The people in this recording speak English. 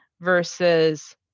versus